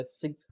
six